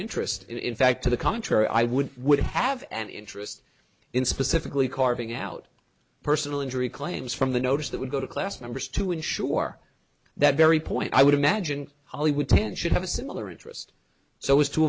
interest in fact to the contrary i would would have an interest in specifically carving out personal injury claims from the notice that would go to class numbers to insure that very point i would imagine hollywood ten should have a similar interest so as to